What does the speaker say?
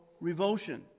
revulsion